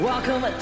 Welcome